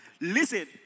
Listen